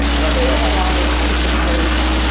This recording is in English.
whether they have all their teeth in place,